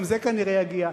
גם זה כנראה יגיע,